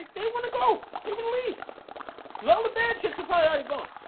they want to go they believe khlo the bad chicks a priority gone.